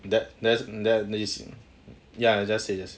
ya just say just say